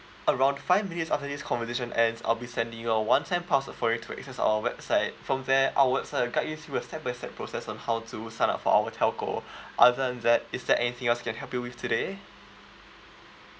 around five minutes after this conversation ends I'll be sending you a one time password for you to access our website from there our website will guide you through a step by step process on how to sign up for our telco other than that is there anything else I can help you with today